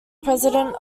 president